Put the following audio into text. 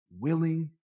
willing